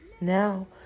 Now